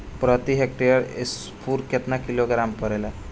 प्रति हेक्टेयर स्फूर केतना किलोग्राम परेला?